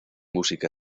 música